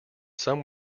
some